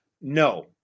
No